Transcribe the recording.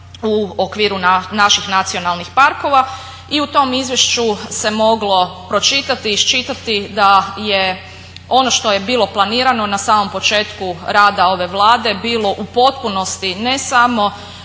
u okviru naših nacionalnih parkova i u tom izvješću se moglo pročitati, iščitati da je ono što je bilo planirano na samom početku rada ove Vlade bilo u potpunosti ne samo